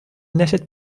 n’achètent